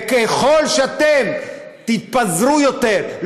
וככל שאתם תתפזרו יותר,